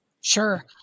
Sure